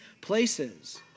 places